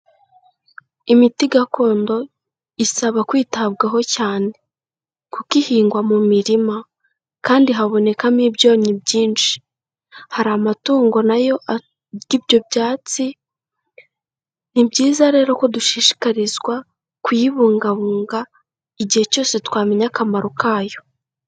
Imiti gakondo isaba kwitabwaho cyane. Kuko ihingwa mu mirima kandi habonekamo ibyonnyi byinshi, hari amatungo nayo arya ibyo byatsi, ni byiza rero ko dushishikarizwa kuyibungabunga igihe cyose twamenya akamaro kayo.